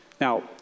Now